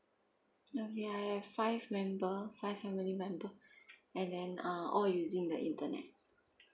okay I have five member five family member and then uh all using the internet